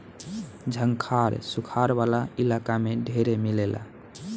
झंखाड़ सुखार वाला इलाका में ढेरे मिलेला